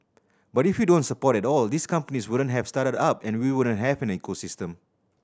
but if you don't support at all these companies wouldn't have started up and we wouldn't have an ecosystem